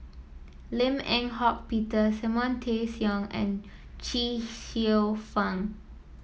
Lim Eng Hock Peter Simon Tay Seong Chee and Xiu Fang